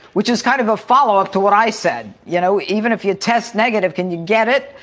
which is kind of a follow up to what i said. you know, even if you test negative, can you get it?